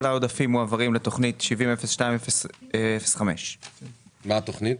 כל העודפים מועברים לתכנית 700205. מה התכנית?